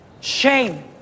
Shame